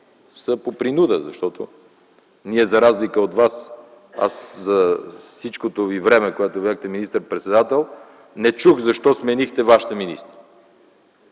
са по принуда, защото ние за разлика от Вас за всичкото време, което бяхте министър-председател, не чух защо сменихте вашите министри.